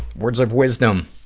words of wisdom,